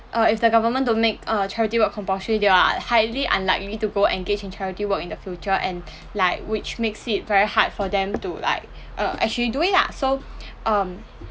uh if the government don't make err charity work compulsory they are highly unlikely to go engage in charity work in the future and like which makes it very hard for them to like err actually do it lah so um